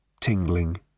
tingling